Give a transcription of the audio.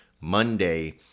Monday